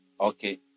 Okay